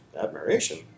admiration